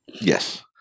Yes